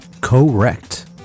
Correct